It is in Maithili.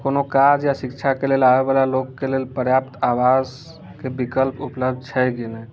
कि कोनो काज या शिक्षाके लिअ आबै बला लोकके लेल पर्याप्त आवास के विकल्प उपलब्ध छै कि नहि